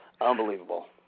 unbelievable